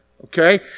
Okay